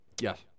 Yes